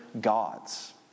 gods